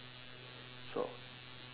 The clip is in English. so